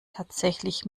tatsächlich